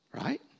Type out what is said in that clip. Right